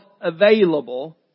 available